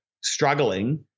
struggling